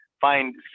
find